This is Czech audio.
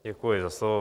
Děkuji za slovo.